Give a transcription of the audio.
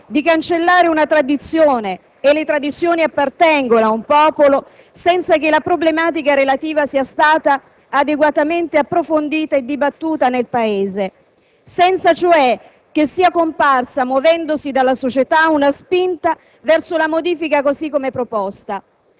di cancellare una tradizione - e le tradizioni appartengono ad un popolo - senza che la problematica relativa sia stata adeguatamente approfondita e dibattuta nel Paese, senza cioè che sia comparsa, muovendosi dalla società, una spinta, verso la modifica così come proposta.